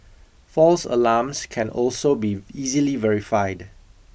false alarms can also be easily verified